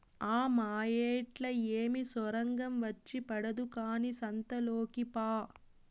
ఆ మాయేట్లా ఏమి సొరంగం వచ్చి పడదు కానీ సంతలోకి పా